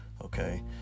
okay